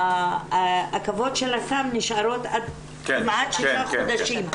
העקבות של הסם נשארות כמעט שבעה חודשים.